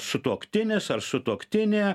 sutuoktinis ar sutuoktinė